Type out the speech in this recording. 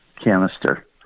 canister